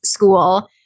school